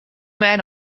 man